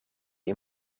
een